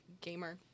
gamer